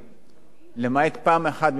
למעט פעם אחת במקרה מאוד מאוד חריג,